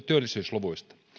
työllisyysluvuista